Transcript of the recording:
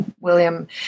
William